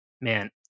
Man